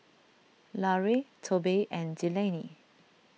Larue Tobe and Delaney